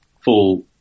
full